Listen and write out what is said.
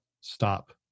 Stop